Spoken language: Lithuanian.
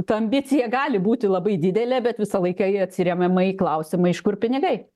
ta ambicija gali būti labai didelė bet visą laiką ji atsiremiama į klausimą iš kur pinigai